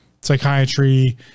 psychiatry